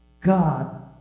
God